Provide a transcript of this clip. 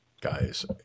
guys